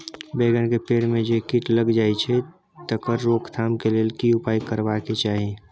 बैंगन के पेड़ म जे कीट लग जाय छै तकर रोक थाम के लेल की उपाय करबा के चाही?